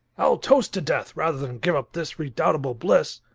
i'll toast to death rather than give up this redoubtable bliss.